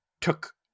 took